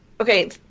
okay